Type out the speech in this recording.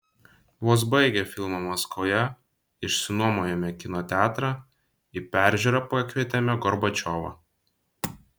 vos baigę filmą maskvoje išsinuomojome kino teatrą į peržiūrą pakvietėme gorbačiovą